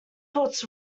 puts